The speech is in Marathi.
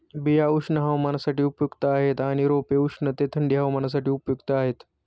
बिया उष्ण हवामानासाठी उपयुक्त आहेत आणि रोपे उष्ण ते थंडी हवामानासाठी उपयुक्त आहेत